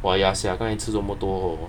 !wah! ya sia 刚才吃那么多 hor